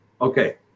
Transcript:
okay